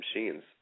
machines